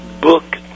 book